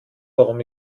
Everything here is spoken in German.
warum